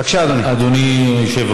בבקשה, אדוני.